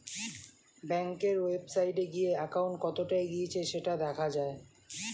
ব্যাংকের ওয়েবসাইটে গিয়ে অ্যাকাউন্ট কতটা এগিয়েছে সেটা দেখা যায়